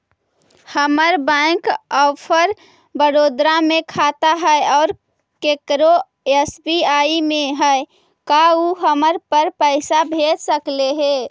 हमर bank of Baroda में खाता है और केकरो एस.बी.आई में है का उ हमरा पर पैसा भेज सकले हे?